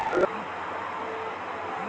वैकल्पिक निवेश एगो विकल्प के तरही होला